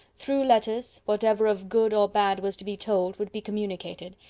through letters, whatever of good or bad was to be told would be communicated,